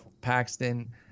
Paxton